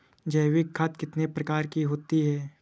जैविक खाद कितने प्रकार की होती हैं?